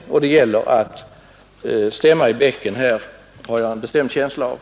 Jag har en bestämd känsla av att det här gäller att stämma i bäcken.